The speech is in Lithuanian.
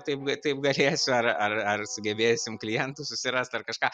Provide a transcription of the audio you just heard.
taip ga taip galėsiu ar ar ar sugebėsim klientų susirast ar kažką